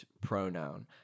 pronoun